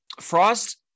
Frost